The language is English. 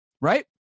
right